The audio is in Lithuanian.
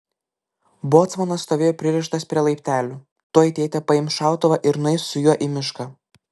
bocmanas stovėjo pririštas prie laiptelių tuoj tėtė paims šautuvą ir nueis su juo į mišką